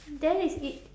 then it's it